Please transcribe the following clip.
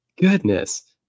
goodness